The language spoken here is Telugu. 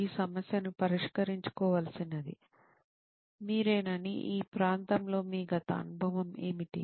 ఈ సమస్యను పరిష్కరించుకోవలసినది మీరేనని ఈ ప్రాంతంలో మీ గత అనుభవం ఏమిటి